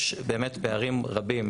יש באמת פערים רבים.